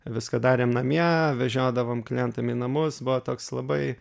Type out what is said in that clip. viską darėm namie vežiodavom klientam į namus buvo toks labai